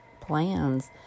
plans